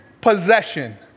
possession